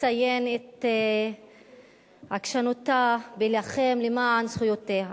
לציין את עקשנותה להילחם למען זכויותיה.